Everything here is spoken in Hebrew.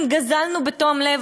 אם גזלנו בתום לב,